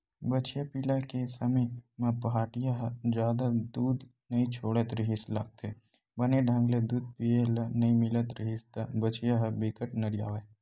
बछिया पिला के समे म पहाटिया ह जादा दूद नइ छोड़त रिहिस लागथे, बने ढंग ले दूद पिए ल नइ मिलत रिहिस त बछिया ह बिकट नरियावय